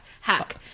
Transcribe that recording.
hack